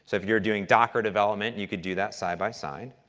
if you are doing docker development, you could do that side-by-side.